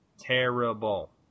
Terrible